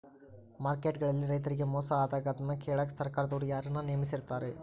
Market ಗಳಲ್ಲಿ ರೈತರಿಗೆ ಮೋಸ ಆದಾಗ ಅದನ್ನ ಕೇಳಾಕ್ ಸರಕಾರದವರು ಯಾರನ್ನಾ ನೇಮಿಸಿರ್ತಾರಿ?